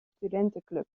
studentenclub